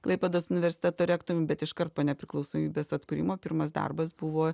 klaipėdos universiteto rektorium bet iškart po nepriklausomybės atkūrimo pirmas darbas buvo